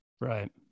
right